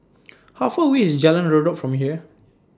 How Far away IS Jalan Redop from here